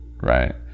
right